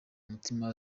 mutima